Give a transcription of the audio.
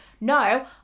no